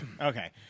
Okay